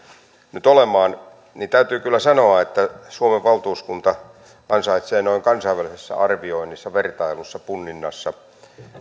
nyt olemaan täytyy kyllä sanoa että suomen valtuuskunta ansaitsee noin kansainvälisessä arvioinnissa vertailussa punninnassa